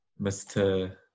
Mr